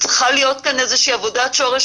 צריכה להיות כאן איזושהי עבודת שורש